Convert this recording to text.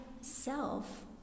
self